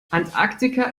antarktika